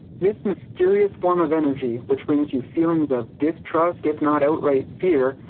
this mysterious form of energy which brings you feelings of distrust if not outright fear,